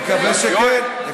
נקווה שכן.